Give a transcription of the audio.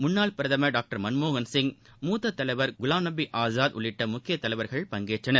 முன்னாள் பிரதமர் டாக்டர் மன்மோகன் சிங் மூத்த தலைவர் திரு குலாம்நபி ஆசாத் உள்ளிட்ட முக்கிய தலைவர்கள் பங்கேற்றனர்